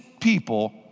people